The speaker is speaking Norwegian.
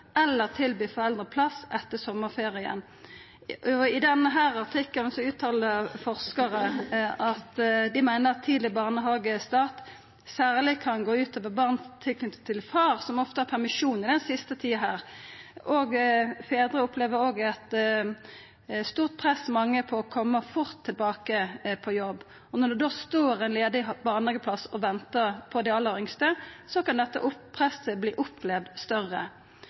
eller tilby foreldre plass etter sommarferien. I denne artikkelen uttalar forskarar at ein meiner at tidleg barnehagestart særleg kan gå ut over barns tilknyting til far, som ofte har permisjon i denne siste tida. Fedrar opplever òg eit stort press om å koma fort tilbake på jobb. Når det da står ein ledig barnehageplass og ventar på dei aller yngste, kan dette presset opplevast som større.